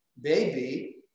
baby